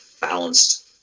balanced